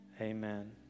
amen